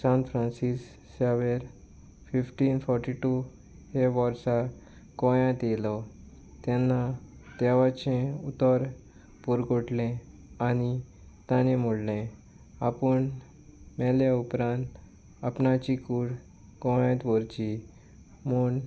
सांत Francis Xavier fifteen forty two हे वर्सा गोंयांत येयलो तेन्ना देवाचें उतर पुरगोटलें आनी ताणें म्हूणलें आपूण मेले उपरांत आपणाची कूड गोंयांत व्हरची म्हूण